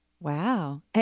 Wow